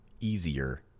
easier